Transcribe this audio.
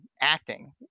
acting